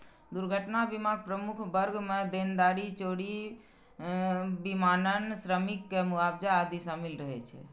दुर्घटना बीमाक प्रमुख वर्ग मे देनदारी, चोरी, विमानन, श्रमिक के मुआवजा आदि शामिल रहै छै